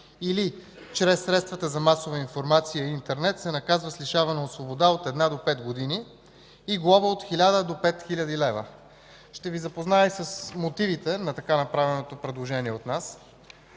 или чрез средствата за масова информация и интернет, се наказва с лишаване от свобода от една до пет години и глоба от 1000 до 5000 лв. Ще Ви запозная и с мотивите на направеното от нас